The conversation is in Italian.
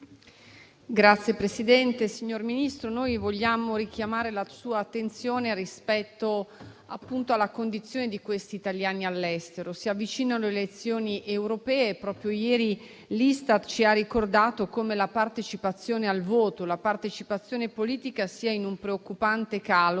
Grazie, Presidente. Signor Ministro, noi vogliamo richiamare la sua attenzione rispetto alla condizione degli italiani all'estero. Si avvicinano le elezioni europee e proprio ieri l'Istat ci ha ricordato come la partecipazione al voto, la partecipazione politica, sia in preoccupante calo,